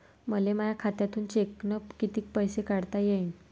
मले माया खात्यातून चेकनं कितीक पैसे काढता येईन?